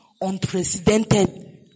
unprecedented